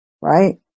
right